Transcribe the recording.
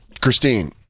Christine